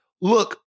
Look